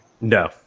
no